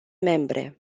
membre